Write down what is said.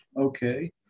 Okay